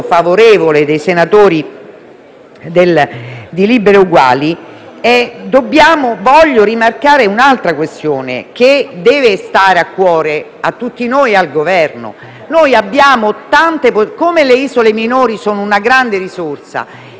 di Liberi e Uguali, voglio rimarcare un'altra questione che deve stare a cuore a tutti noi e al Governo. Come le isole minori sono una grande risorsa e rappresentano una potenzialità,